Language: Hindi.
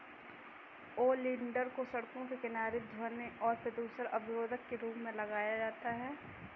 ओलियंडर को सड़कों के किनारे ध्वनि और प्रदूषण अवरोधक के रूप में लगाया जाता है